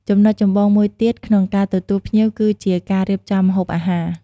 ចំណុចចម្បងមួយទៀតក្នុងការទទួលភ្ញៀវគឺជា ការរៀបចំម្ហូបអាហារ។